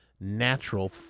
natural